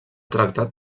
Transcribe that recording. tractat